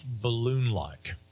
balloon-like